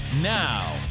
Now